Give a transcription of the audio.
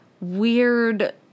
weird